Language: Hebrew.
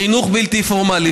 חינוך בלתי פורמלי,